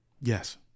Yes